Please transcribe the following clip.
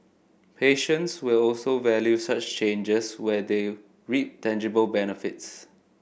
patients will also value such changes where they reap tangible benefits